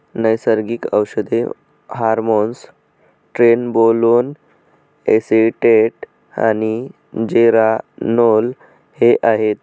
नैसर्गिक औषधे hormones trenbolone acetate आणि जेरानोल हे आहेत